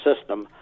system